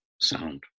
sound